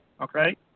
okay